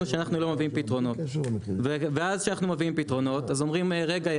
שאנחנו לא מביאים פתרונות ואז כשאנחנו מביאים פתרונות אז אומרים רגע,